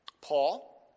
Paul